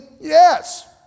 Yes